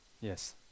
Yes